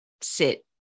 sit